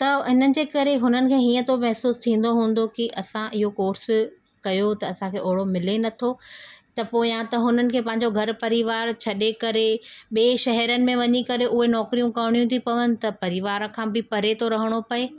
त हिननि जे करे हुननि खे हीअं थो महसूसु थींदो हूंदो की असां इहो कोर्स कयो त असांखे ओड़ो मिले नथो त पोइ या त हुननि खे पंहिंजो घरु परिवारु छ्ॾे करे ॿिए शहरनि में वञी करे उहे नौकिरियूं करिणियूं थी पवनि त परिवार खां बि परे थो रहणो पए